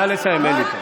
נא לסיים, אלי.